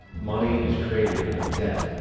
money is created out of debt.